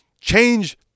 change